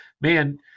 man